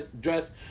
dress